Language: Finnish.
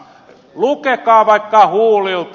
lukekaa vaikka huulilta